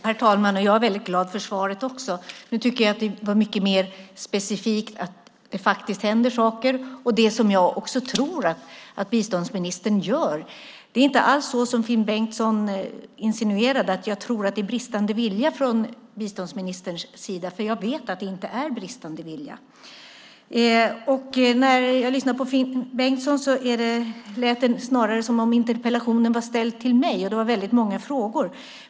Herr talman! Jag är väldigt glad för svaret. Nu tycker jag att det var mycket mer specifikt. Det händer saker, och jag tror att biståndsministern gör saker. Det är inte alls så som Finn Bengtsson insinuerade, att jag tror att det är bristande vilja från biståndsministerns sida. Jag vet att det inte handlar om bristande vilja. När jag lyssnade på Finn Bengtsson tyckte jag att det snarare lät som att interpellationen var ställd till mig. Det var väldigt många frågor.